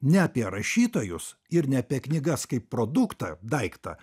ne apie rašytojus ir ne apie knygas kaip produktą daiktą